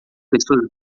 pessoas